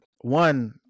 one